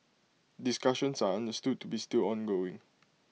discussions are understood to be still ongoing